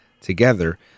together